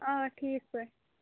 آ ٹھیٖک پٲٹھۍ